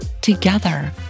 Together